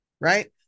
right